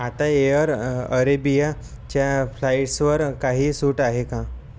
आता एअर अरेबियाच्या फ्लाइट्सवर काही सूट आहे का